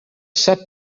said